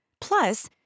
Plus